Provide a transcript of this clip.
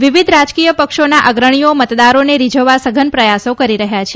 વિવિધ રાજકીય પક્ષોના અગ્રણીઓ મતદારોને રીઝવવા સઘન પ્રયાસો કરી રહ્યા છે